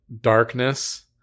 darkness